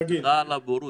סליחה על הבורות,